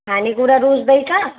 खाने कुरा रुच्दैछ